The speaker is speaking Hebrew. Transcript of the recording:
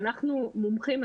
ואנחנו מומחים,